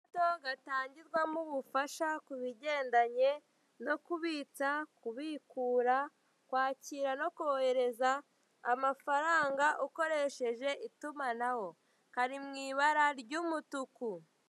mUuguzi n'umucuruzi bahurira bakaganira ku bijyanye n'ibicuruzwa bigiye bitandukanye, umuguzi akagabanyirixwa agera kuri mirongo itatu ku ijana, bakaba babimugezaho ku buntu ndetse bikaba byizewe.